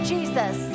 Jesus